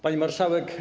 Pani Marszałek!